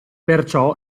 perciò